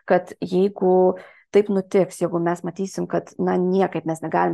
kad jeigu taip nutiks jeigu mes matysim kad na niekaip mes negalim